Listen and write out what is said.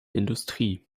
industrie